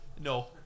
No